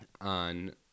on